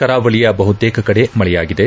ಕರಾವಳಿಯ ಬಹುತೇಕ ಕಡೆ ಮಳೆಯಾಗಿದೆ